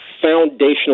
foundational